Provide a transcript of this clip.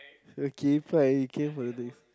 okay fine he came for the next